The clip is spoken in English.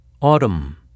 Autumn